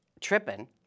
tripping